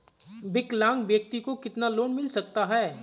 विकलांग व्यक्ति को कितना लोंन मिल सकता है?